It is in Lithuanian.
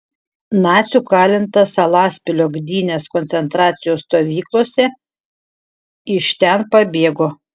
nacių kalintas salaspilio gdynės koncentracijos stovyklose iš ten pabėgo